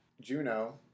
Juno